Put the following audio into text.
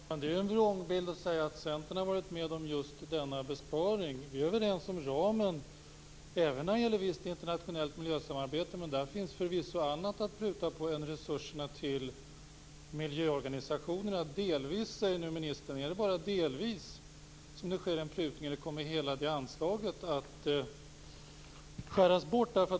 Fru talman! Det är en vrångbild att säga att Centern har varit med på just denna besparing. Vi är överens om ramen, även när det gäller visst internationellt miljösamarbete. Men där finns förvisso annat att pruta på än resurserna till miljöorganisationerna. Miljöministern talar om en delvis prutning. Är det bara delvis som det sker en prutning, eller kommer hela anslaget att skäras bort?